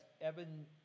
Evan